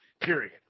period